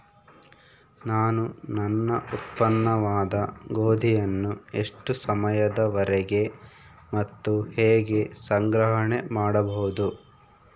ನಾನು ನನ್ನ ಉತ್ಪನ್ನವಾದ ಗೋಧಿಯನ್ನು ಎಷ್ಟು ಸಮಯದವರೆಗೆ ಮತ್ತು ಹೇಗೆ ಸಂಗ್ರಹಣೆ ಮಾಡಬಹುದು?